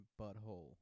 butthole